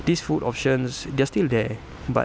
these food options they are still there but